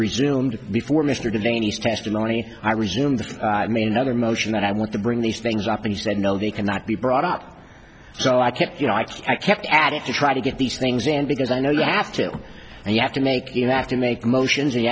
resumed before mr detainees testimony i resumed made another motion that i want to bring these things up and he said no they cannot be brought up so i can't you know i kept adding to try to get these things in because i know you have to and you have to make you have to make motions or you